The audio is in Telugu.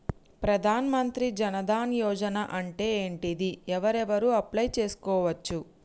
ప్రధాన మంత్రి జన్ ధన్ యోజన అంటే ఏంటిది? ఎవరెవరు అప్లయ్ చేస్కోవచ్చు?